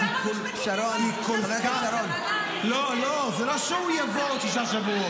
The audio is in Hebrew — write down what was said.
היא כל כך --- שר המשפטים יבוא עוד שישה שבועות,